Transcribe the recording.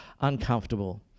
uncomfortable